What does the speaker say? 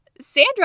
Sandra